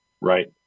Right